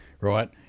right